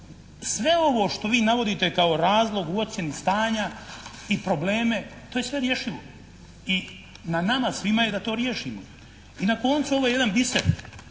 sve ovo što vi navodite kao razlog uočenih stanja i probleme, to je sve rješivo. I na nama svima je da to riješimo. I na koncu ovo je jedan biser,